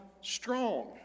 strong